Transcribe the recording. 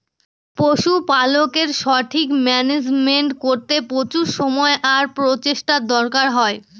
পশুপালকের সঠিক মান্যাজমেন্ট করতে প্রচুর সময় আর প্রচেষ্টার দরকার হয়